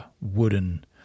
wooden